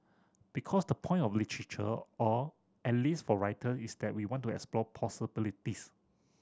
because the point of literature or at least for writer is that we want to explore possibilities